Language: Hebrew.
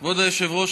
כבוד היושבת-ראש,